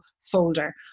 folder